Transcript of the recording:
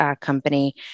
company